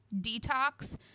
detox